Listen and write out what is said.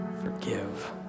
forgive